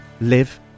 live